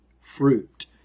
fruit